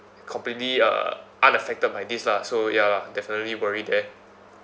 completely uh unaffected by this lah so ya lah definitely worry there